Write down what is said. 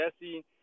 Jesse